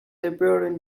appeared